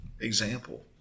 example